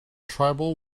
tribal